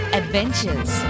adventures